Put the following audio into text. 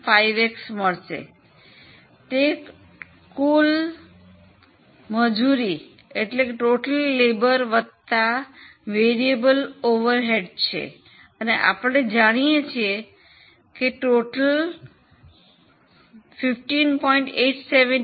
5x મળશે તે કુલ મજૂર વત્તા ચલિત પરોક્ષ છે અને આપણે જાણીએ છીએ કે કુલ 15